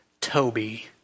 Toby